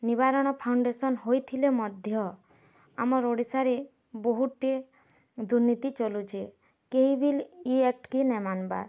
ନିବାରଣ ଫାଉଣ୍ଡେସନ୍ ହୋଇଥିଲେ ମଧ୍ୟ ଆମର୍ ଓଡ଼ିଶାରେ ବହୁଟେ ଦୁର୍ନୀତି ଚାଲୁଛେ କେହିବିଲ୍ ଏଇ ଆକ୍ଟ୍ କେ ନାଇ ମାନ୍ବା